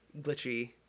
glitchy